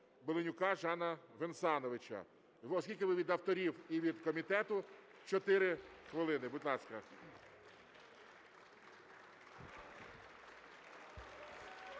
Беленюка Жана Венсановича. Оскільки ви від авторів і від комітету – 4 хвилини. Будь ласка.